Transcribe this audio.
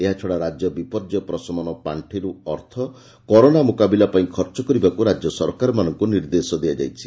ଏହାଛଡ଼ା ରାଜ୍ୟ ବିପର୍ଯ୍ୟୟ ପ୍ରଶମନ ପାଖିରୁ ଅର୍ଥ କରୋନା ମୁକାବିଲାପାଇଁ ଖର୍ଚ୍ଚ କରିବାକୁ ରାଜ୍ୟ ସରକାରମାନଙ୍କୁ ନିର୍ଦ୍ଦେଶ ଦିଆଯାଇଛି